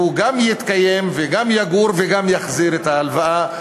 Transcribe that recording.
שהוא גם יתקיים וגם יגור, וגם יחזיר את ההלוואה.